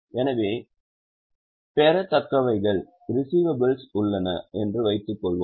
எனவே பெறத்தக்கவைகள் உள்ளன என்று வைத்துக்கொள்வோம்